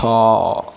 ଛଅ